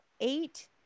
eight